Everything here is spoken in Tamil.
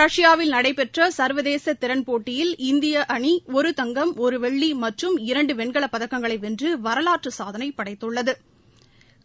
ரஷ்பாவில் நடைபெற்ற சர்வதேச திறன் போட்டியில் இந்தியா அணி ஒரு தங்கம் ஒரு வெள்ளி மற்றும் இரண்டு வெண்கல பதக்கங்களை வென்று வரலாற்றுச் சாதனை படைத்துள்ளது